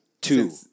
two